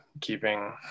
keeping